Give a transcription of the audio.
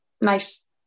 nice